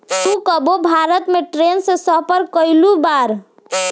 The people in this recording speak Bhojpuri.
तू कबो भारत में ट्रैन से सफर कयिउल बाड़